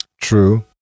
true